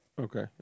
Okay